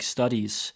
Studies